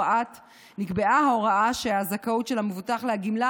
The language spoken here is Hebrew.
נקבעה ההוראה שהזכאות של המבוטח לגמלה